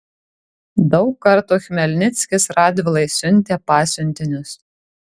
daug kartų chmelnickis radvilai siuntė pasiuntinius